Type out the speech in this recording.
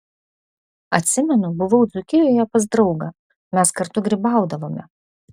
atsimenu buvau dzūkijoje pas draugą mes kartu grybaudavome